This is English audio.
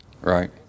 Right